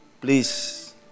Please